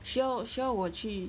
需要需要我去